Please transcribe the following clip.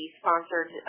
sponsored